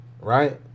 Right